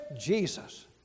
Jesus